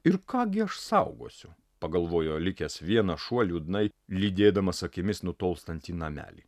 ir ką gi aš saugosiu pagalvojo likęs vienas šuo liūdnai lydėdamas akimis nutolstantį namelį